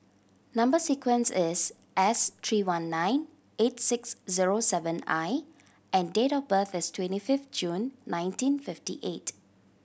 number sequence is S three one nine eight six zero seven I and date of birth is twenty fifth June nineteen fifty eight